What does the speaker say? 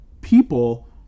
people